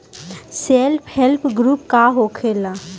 Self help group का होखेला?